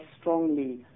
strongly